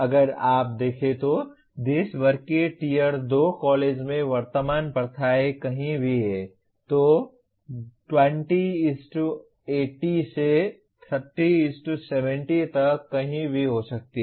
अगर आप देखें तो देश भर के टियर 2 कॉलेज में वर्तमान प्रथाएं कहीं भी हैं तो 2080 से 3070 तक कहीं भी हो सकती हैं